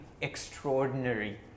extraordinary